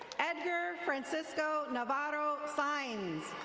edgar fracisco navarro sines.